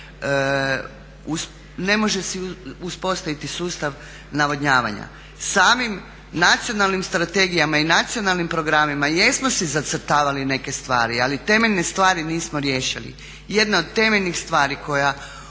ne može si uspostaviti sustav navodnjavanja. Samim nacionalnim strategijama i nacionalnim programima jesmo si zacrtavali neke stvari, ali temeljne stvari nismo riješili. Jedna od temeljnih stvari koja